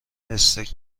استیک